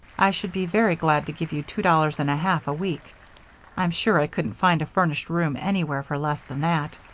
i should be very glad to give you two dollars and a half a week i'm sure i couldn't find a furnished room anywhere for less than that.